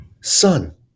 son